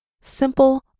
simple